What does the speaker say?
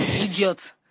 idiot